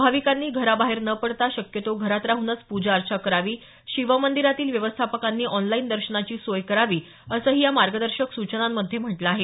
भाविकांनी घराबाहेर न पडता शक्यतो घरात राहूनच पूजा अर्चा करावी शिवमंदिरातील व्यवस्थापकांनी ऑनलाईन दर्शनाची सोय करावी असंही या मार्गदर्शक सुचनांमध्ये म्हटलं आहे